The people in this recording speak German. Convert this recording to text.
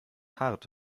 hart